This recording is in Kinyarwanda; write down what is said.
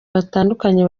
batandukanye